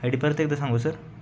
Heidi परत एकदा सांगू सर